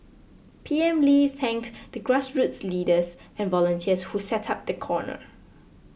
P M Lee thanked the grassroots leaders and volunteers who set up the corner